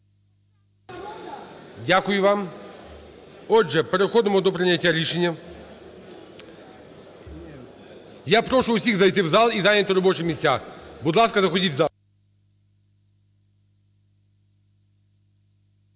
Дякую вам. Отже, переходимо до прийняття рішення. Я прошу всіх зайти в зал і зайняти робочі місця. Будь ласка, заходіть в зал.